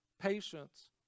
patience